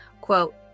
Quote